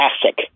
classic